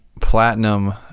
Platinum